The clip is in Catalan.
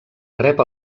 rep